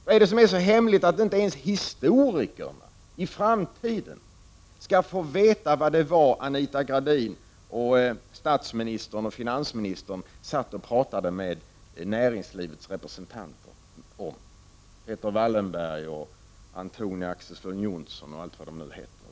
Vad är det som är så hemligt att inte ens historikerna i framtiden kan få veta vad det var Anita Gradin, statsministern och finansministern talade med näringslivets representanter om — med Peter Wallenberg, Antonia Ax:son Johnson och andra?